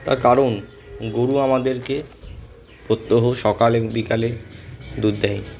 তার কারণ গরু আমাদেরকে প্রত্যহ সকাল এবং বিকালে দুধ দেয়